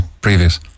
previous